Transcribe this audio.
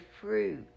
fruit